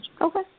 Okay